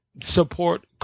support